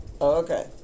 Okay